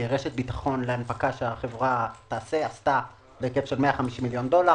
רשת ביטחון שהחברה תעשה/ עשתה בהיקף 150 מיליון דולר.